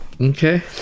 Okay